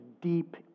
deep